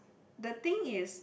the thing is